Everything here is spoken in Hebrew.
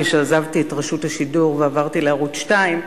כשעזבתי את רשות השידור ועברתי לערוץ-2,